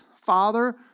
father